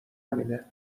همینه